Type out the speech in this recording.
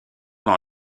dans